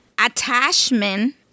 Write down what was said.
Attachment